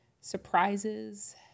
surprises